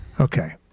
Okay